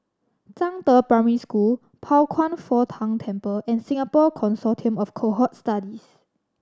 Zhangde Primary School Pao Kwan Foh Tang Temple and Singapore Consortium of Cohort Studies